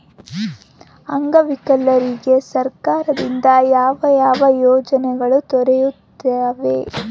ಅಂಗವಿಕಲರಿಗೆ ಸರ್ಕಾರದಿಂದ ಯಾವ ಯಾವ ಯೋಜನೆಗಳು ದೊರೆಯುತ್ತವೆ?